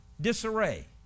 disarray